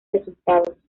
resultados